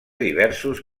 diversos